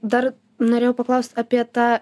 dar norėjau paklaust apie tą